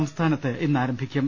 സംസ്ഥാനത്ത് ഇന്ന് ആരംഭിക്കും